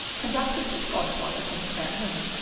conducted his godfather into that room,